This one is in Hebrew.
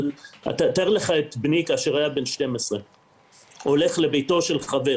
אבל תאר לך את בני כשהיה בן 12 הולך לביתו של חבר